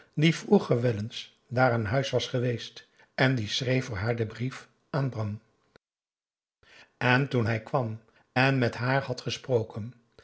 die vroeger wel eens daar aan huis was geweest en die schreef voor haar den brief aan ram aum boe akar eel n toen hij kwam en met haar had gesproken